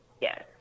yes